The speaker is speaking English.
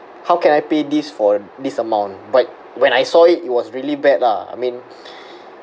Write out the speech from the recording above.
how can I pay this for this amount but when I saw it it was really bad lah I mean